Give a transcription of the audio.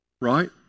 Right